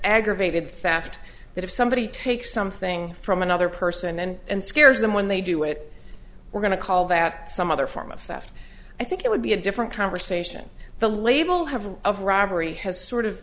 aggravated theft that if somebody takes something from another person and scares them when they do it we're going to call that some other form of theft i think it would be a different conversation the label have of robbery has sort of